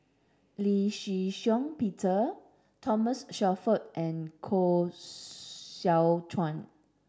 Lee Shih Shiong Peter Thomas Shelford and Koh Seow Chuan